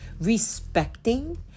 respecting